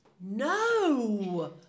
No